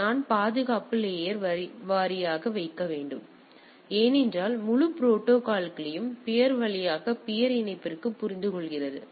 எனவே நான் பாதுகாப்பை லேயர் வாரியாக வைக்க வேண்டும் ஏனென்றால் முழு ப்ரோடோகாலயும் பியர் வழியாக பியர் இணைப்பிற்கு புரிந்துகொள்கிறது